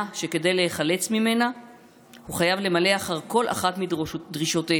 שכדי להיחלץ ממנה הוא חייב למלא אחר כל אחת מדרישותיהם,